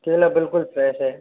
केला बिल्कुल फ्रेश है